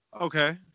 Okay